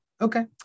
Okay